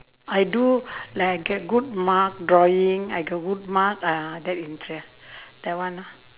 I do like get good mark drawing I get good mark uh that interest that one ah